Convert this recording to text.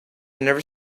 never